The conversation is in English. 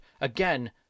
Again